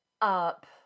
up